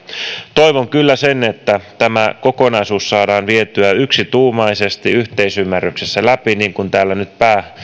toivon kyllä sitä että tämä kokonaisuus saadaan vietyä yksituumaisesti yhteisymmärryksessä läpi niin kuin täällä nyt